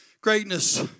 Greatness